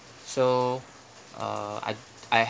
so uh I I